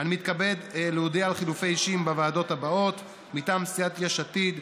אני מתכבד להודיע על חילופי אישים בוועדות האלה: מטעם סיעת יש עתיד,